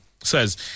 says